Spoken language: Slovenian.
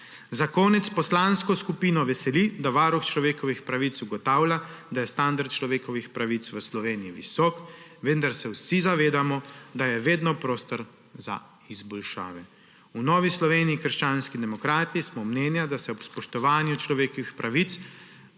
Za konec poslansko skupino veseli, da Varuh človekovih pravic ugotavlja, da je standard človekovih pravic v Sloveniji visok, vendar se vsi zavedamo, da je vedno prostor za izboljšave. V Novi Sloveniji – krščanskih demokratih smo mnenja, da se o spoštovanju človekovih pravic